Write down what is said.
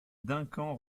duncan